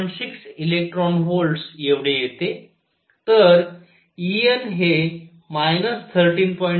6 electron volts एवढे येते